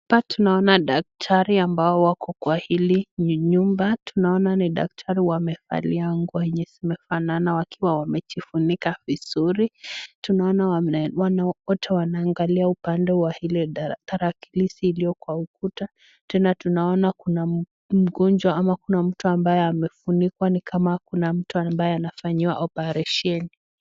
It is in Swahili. Hapa tunaona daktari ambao wako kwa Ili nyumba, tunaona ni daktari wamevalia nguo zenye zimeanana wakiwa wamejifunika vizuri, tunaona wame wote wanaangalia upande wa Ile tarakilishi iliyo kwa ukuta, Tena tunaona Kuna mgonjwa ama Kuna mtu ambaye amefunikwa ni kama Kuna mtu ambaye anafanyiwa operesheni.